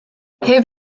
heb